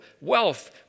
wealth